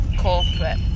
corporate